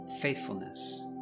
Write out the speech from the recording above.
faithfulness